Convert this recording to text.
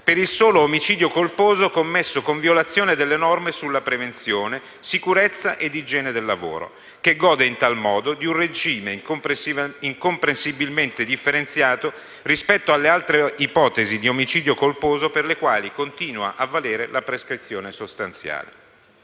per il solo omicidio colposo commesso con violazione delle norme sulla prevenzione, sicurezza ed igiene del lavoro, che gode, in tal modo, di un regime incomprensibilmente differenziato rispetto alle altre ipotesi di omicidio colposo, per le quali continua a valere la prescrizione sostanziale.